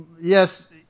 Yes